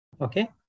Okay